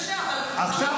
לרשויות.